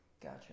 gotcha